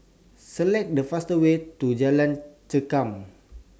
Select The faster Way to Jalan Chengam